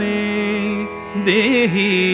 Dehi